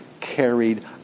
carried